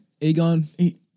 Aegon